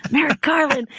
merrick garland.